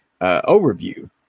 overview